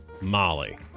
Molly